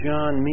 John